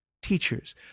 Teachers